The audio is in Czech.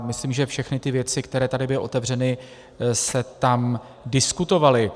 Myslím, že všechny věci, které tady byly otevřeny, se tam diskutovaly.